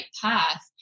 path